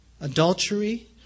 adultery